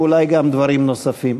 ואולי גם דברים נוספים.